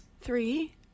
Three